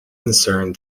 concern